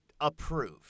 approve